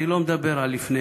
אני לא מדבר על לפני